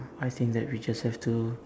I think that we just have to